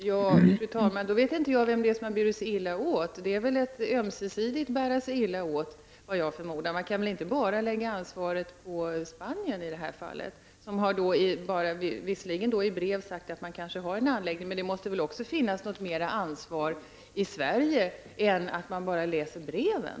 Fru talman! Jag vet inte vem som har burit sig illa åt. Det är väl ömsesidigt, förmodar jag. Vi kan väl inte bara lägga ansvaret på Spanien i detta fall. Man har därifrån visserligen i brev sagt att man har en anläggning, men det måste väl också finnas ett större ansvar än att bara läsa breven.